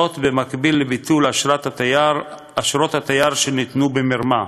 במקביל לביטול אשרות התייר שניתנו במרמה.